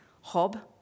hob